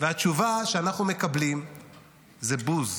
והתשובה שאנחנו מקבלים היא בוז.